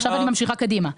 עכשיו אני ממשיכה קדימה.